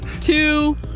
two